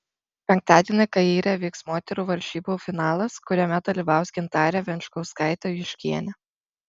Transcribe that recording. penktadienį kaire vyks moterų varžybų finalas kuriame dalyvaus gintarė venčkauskaitė juškienė